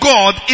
God